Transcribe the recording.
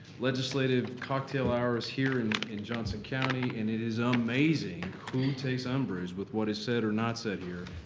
legislative cocktail hours here in in johnson county, and it is amazing who takes umbrage with what is said or not said here.